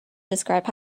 describe